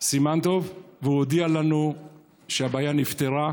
בר סימן טוב, והוא הודיע לנו שהבעיה נפתרה.